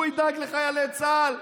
הוא ידאג לחיילי צה"ל?